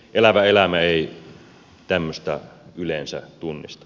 elävä elämä ei tämmöistä yleensä tunnista